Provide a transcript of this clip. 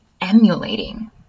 emulating